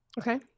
Okay